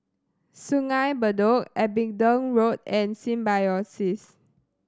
Sungei Bedok Abingdon Road and Symbiosis